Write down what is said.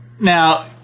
Now